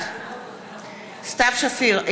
בעד סתיו שפיר,